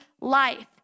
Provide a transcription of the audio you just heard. life